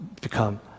become